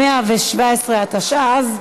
117), התשע"ז,